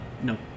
No